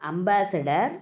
ambassador